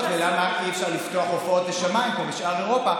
ולמה אי-אפשר לפתוח הופעות ושמיים כמו בשאר אירופה.